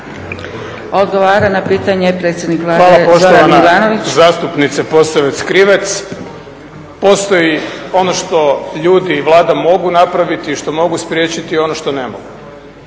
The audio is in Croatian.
Odgovara na pitanje predsjednik Vlade Zoran Milanović. **Milanović, Zoran (SDP)** Hvala poštovana zastupnice Posavec Krivec. Postoji ono što ljudi i Vlada mogu napraviti i što mogu spriječiti i ono što ne mogu.